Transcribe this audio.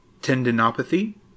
tendinopathy